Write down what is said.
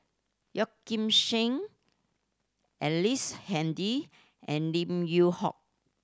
Yeoh Ghim Seng Ellice Handy and Lim Yew Hock